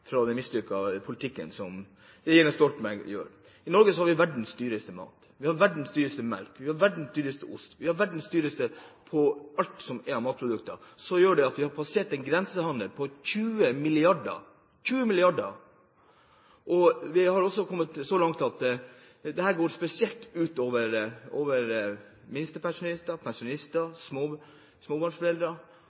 vi verdens dyreste mat. Vi har verdens dyreste melk. Vi har verdens dyreste ost. Vi er verdens dyreste på alt som er av matprodukter. Det gjør at vi har passert en grensehandel på 20 mrd. kr – 20 mrd. kr! Vi har også kommet så langt at dette spesielt går ut over minstepensjonister, pensjonister og småbarnsforeldre.